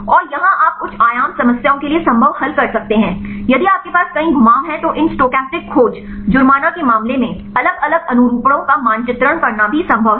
और यहां आप उच्च आयाम समस्याओं के लिए संभव हल कर सकते हैं यदि आपके पास कई घुमाव हैं तो इन स्टोचस्टिक खोज जुर्माना के मामले में अलग अलग अनुरूपणों का मानचित्रण करना भी संभव है